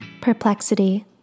Perplexity